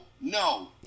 no